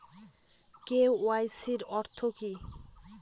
KYC অর্থ কি?